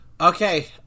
Okay